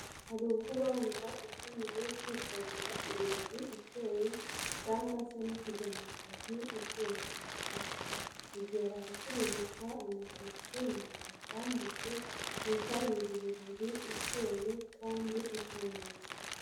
Hari ubwo uba wumva ukeneye kwitabira ibirori ukeye, cyangwa se no kujya mu kazi ukeye kurushaho, ugera ahacururizwa amakositime bakwambike witabire ibirori ukeye kandi usa neza.